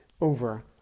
over